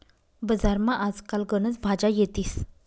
बजारमा आज काल गनच भाज्या येतीस